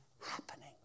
happening